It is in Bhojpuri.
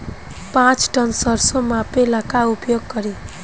पाँच टन सरसो मापे ला का उपयोग करी?